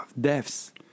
deaths